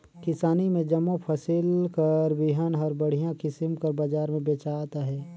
किसानी में जम्मो फसिल कर बीहन हर बड़िहा किसिम कर बजार में बेंचात अहे